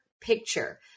picture